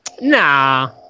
Nah